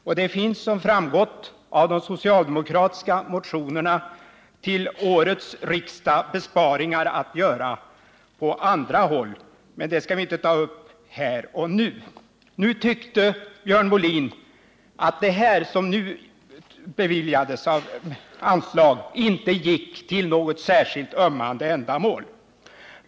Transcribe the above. Och det finns, som framgått av de socialdemokratiska motionerna till årets riksdag, besparingar att göra på andra håll, men det skall jag inte ta upp här nu. Björn Molin tyckte att det anslag som konstitutionsutskottet föreslagit inte gick till något särskilt ömmande ändamål.